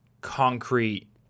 concrete